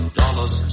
dollars